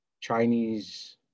Chinese